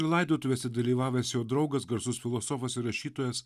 laidotuvėse dalyvavęs jo draugas garsus filosofas ir rašytojas